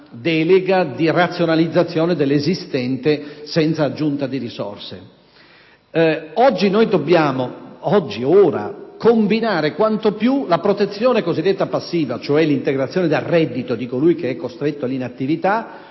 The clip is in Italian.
delega di razionalizzazione dell'esistente, senza aggiunta di risorse. Ebbene, oggi noi dobbiamo combinare quanto più possibile la protezione cosiddetta passiva, cioè l'integrazione del reddito di colui che è costretto all'inattività,